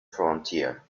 frontier